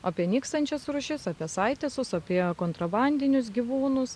apie nykstančias rūšis apie saitesus apie kontrabandinius gyvūnus